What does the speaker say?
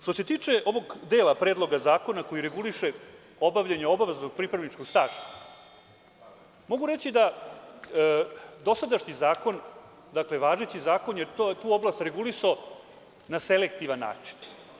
Što se tiče ovog dela Predloga zakona koji reguliše obavljanje obaveznog pripravničkog staža, mogu reći da dosadašnji zakon, dakle, važeći zakon, je tu oblast regulisao na selektivan način.